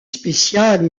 spéciale